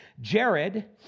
Jared